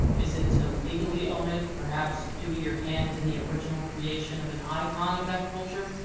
is it to legally own it? perhaps due to your hand in the original creation of an icon of that culture?